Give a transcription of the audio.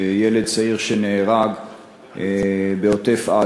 ילד צעיר שנהרג בעוטף-עזה,